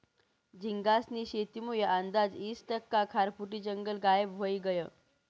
झींगास्नी शेतीमुये आंदाज ईस टक्का खारफुटी जंगल गायब व्हयी गयं